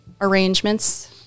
arrangements